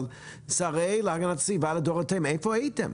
אבל שרי הגנת הסביבה לדורותיהם איפה הייתם?